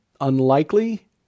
unlikely